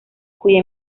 cuya